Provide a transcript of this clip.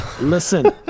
Listen